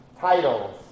titles